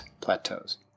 plateaus